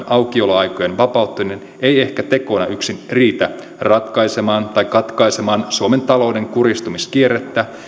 aukioloaikojen vapauttaminen ei ehkä tekona yksin riitä ratkaisemaan tai katkaisemaan suomen talouden kurjistumiskierrettä